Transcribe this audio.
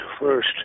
first